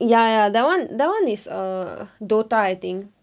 ya ya that one that one is err dota I think